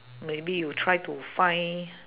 maybe you try to find